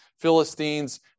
Philistines